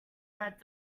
that